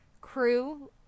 crew